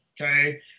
okay